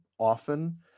Often